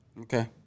Okay